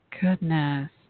Goodness